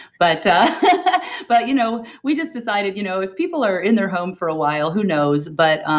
but but you know we just decided, you know if people are in their home for a while, who knows? but,